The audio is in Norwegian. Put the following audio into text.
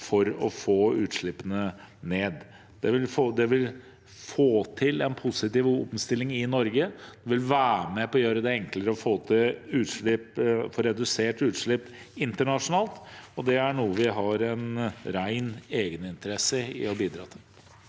for å få utslippene ned. Det vil bidra til en positiv omstilling i Norge og være med på å gjøre det enklere å få redusert utslipp internasjonalt, og det er noe vi har en ren egeninteresse i å bidra til.